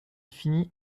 finit